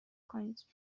کنید